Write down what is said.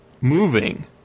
moving